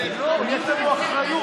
ידי ממלאת מקום היועץ המשפטי של הכנסת,